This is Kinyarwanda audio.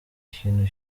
kintu